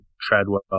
Treadwell